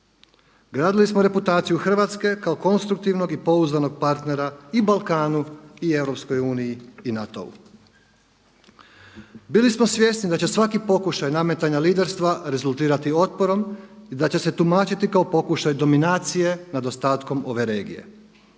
Gradili smo reputaciju Hrvatske kao konstruktivnog i pouzdanog partnera i Balkanu i EU i NATO-u. Bili smo svjesni da će svaki pokušaj nametanja liderstva rezultirati otporom i da će se tumačiti kao pokušaj dominacije nad ostatkom ove regije,